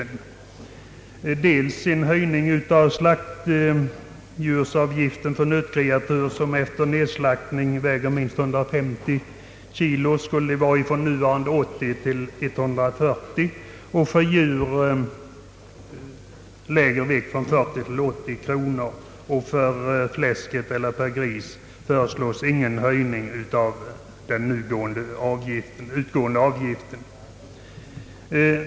För det första föreslås att slaktdjursavgiften för nötkreatur, som efter nedslaktning väger minst 150 kilo, höjes från nuvarande 80 till 140 kronor och för djur med lägre vikt från 40 till 80 kronor. För svin föreslås ingen höjning av den utgående avgiften.